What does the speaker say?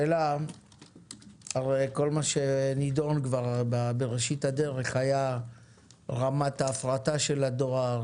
כל מה שנדון בראשית הדרך היה רמת ההפרטה של הדואר,